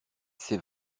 sait